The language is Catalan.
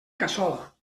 cassola